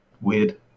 weird